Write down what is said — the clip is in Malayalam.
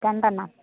രണ്ടെണ്ണം